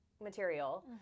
Material